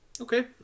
Okay